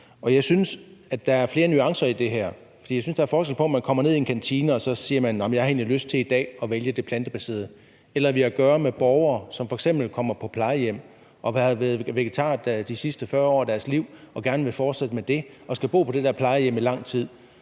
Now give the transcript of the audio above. Jeg synes, at der er flere nuancer i det her, for jeg synes, at der er forskel på, om man kommer ned i en kantine og siger, at man den dag egentlig har lyst til at vælge det plantebaserede, eller om vi har at gøre med borgere, som f.eks. kommer på plejehjem, og som har været vegetarer i de sidste 40 år og gerne vil fortsætte med at være det, og som skal bo på plejehjem i lang tid.